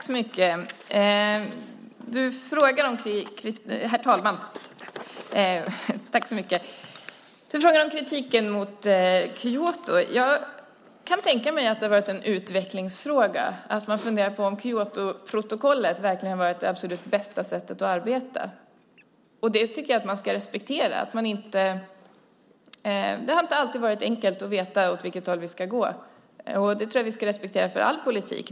Herr talman! Lena Hallengren frågar om kritiken mot Kyotoprotokollet. Jag kan tänka mig att det har varit en utvecklingsfråga; man funderar på om Kyotoprotokollet verkligen har varit det absolut bästa sättet att arbeta. Jag tycker att man ska respektera att det inte alltid har varit enkelt att veta åt vilket håll vi ska gå. Det tror jag vi ska respektera när det gäller all politik.